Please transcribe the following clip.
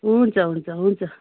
हुन्छ हुन्छ हुन्छ